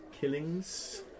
killings